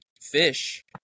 fish